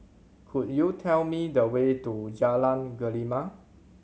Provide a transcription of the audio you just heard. could you tell me the way to Jalan